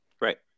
Right